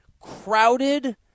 crowded